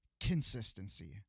consistency